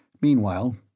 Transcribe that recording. Meanwhile